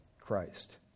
Christ